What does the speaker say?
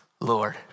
Lord